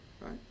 right